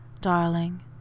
Darling